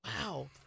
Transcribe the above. Wow